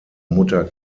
mutter